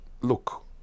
look